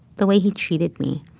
the way he treated me.